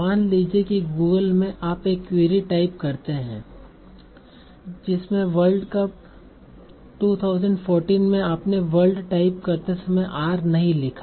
मान लीजिए कि गूगल में आप एक क्वेरी टाइप करते हैं जिसमे वर्ल्ड कप 2014 में आपने वर्ल्ड टाइप करते समय आर नहीं लिखा